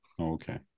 okay